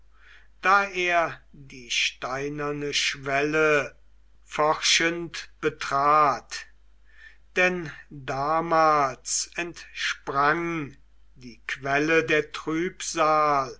da er die steinerne schwelle forschend betrat denn damals entsprang die quelle der